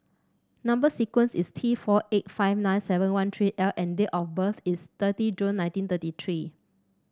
number sequence is T four eight five nine seven one three L and date of birth is thirty June nineteen thirty three